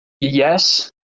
yes